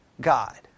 God